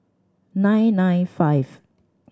nine nine five